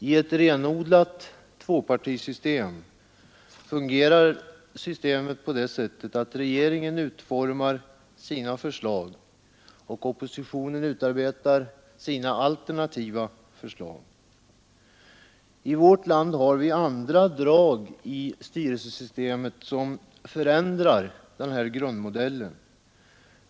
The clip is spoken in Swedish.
I ett renodlat tvåpartisystem fungerar systemet på det sättet att regeringen utformar sina förslag och oppositionen utarbetar sina alternativa förslag. I vårt land har vi andra drag i styrelsesystemet som förändrar denna grundmodell.